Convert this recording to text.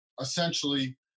essentially